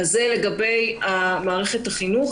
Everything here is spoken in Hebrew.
זה לגבי מערכת החינוך.